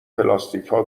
پلاستیکها